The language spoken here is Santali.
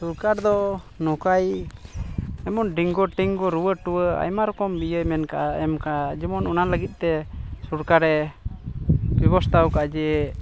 ᱥᱚᱨᱠᱟᱨ ᱫᱚ ᱱᱚᱝᱠᱟᱭ ᱮᱢᱚᱱ ᱰᱮᱝᱜᱩ ᱴᱮᱝᱜᱩ ᱨᱩᱣᱟᱹ ᱴᱩᱣᱟᱹ ᱟᱭᱢᱟ ᱨᱚᱠᱚᱢ ᱤᱭᱟᱹᱭ ᱢᱮᱱ ᱟᱠᱟᱫᱼᱟ ᱮᱢ ᱟᱠᱟᱫᱼᱟ ᱡᱮᱢᱚᱱ ᱚᱱᱟ ᱞᱟᱹᱜᱤᱫ ᱛᱮ ᱥᱚᱨᱠᱟᱨᱮ ᱵᱮᱵᱚᱥᱛᱷᱟ ᱟᱠᱟᱫᱼᱟ ᱡᱮ